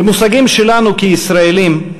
במושגים שלנו כישראלים,